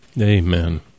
Amen